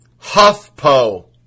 HuffPo